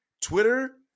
Twitter